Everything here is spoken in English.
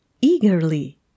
Eagerly